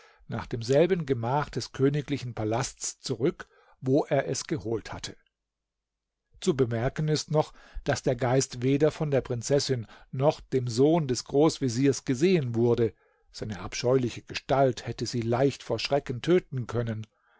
nach demselben gemach des königlichen palasts zurück wo er es geholt hatte zu bemerken ist noch daß der geist weder von der prinzessin noch dem sohn des großveziers gesehen wurde seine abscheuliche gestalt hätte sie leicht vor schrecken töten können